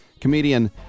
Comedian